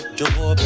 door